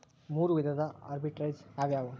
ಮೂರು ವಿಧದ ಆರ್ಬಿಟ್ರೆಜ್ ಯಾವವ್ಯಾವು?